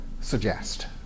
suggest